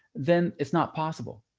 then it's not possible.